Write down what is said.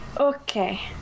Okay